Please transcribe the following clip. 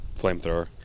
flamethrower